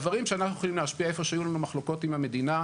בדברים שאנחנו יכולים להשפיע איפה שהיו לנו מחלוקות עם המדינה,